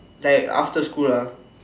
like after school ah